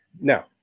now